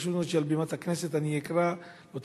פשוט מאוד מעל בימת הכנסת לקרוא לאותם